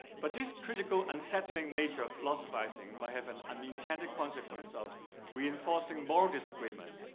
but this critical unsettling nature of philosophizing might have an unintended consequence of reinforcing moral disagreement,